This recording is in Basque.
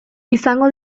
izango